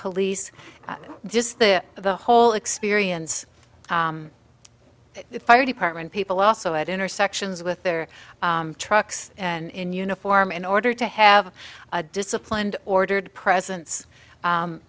police just the the whole experience fire department people also at intersections with their trucks and in uniform in order to have a disciplined ordered presence